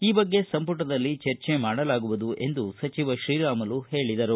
ಈ ಬಗ್ಗೆ ಸಂಪುಟದಲ್ಲಿ ಚರ್ಚೆ ಮಾಡಲಾಗುವುದು ಎಂದು ಶ್ರೀರಾಮುಲು ಹೇಳಿದರು